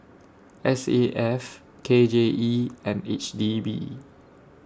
S A F K J E and H D B